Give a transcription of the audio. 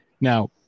Now